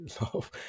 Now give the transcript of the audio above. love